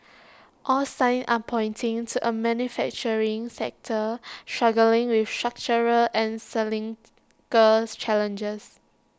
all signs are pointing to A manufacturing sector struggling with structural and cyclical challenges